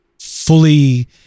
fully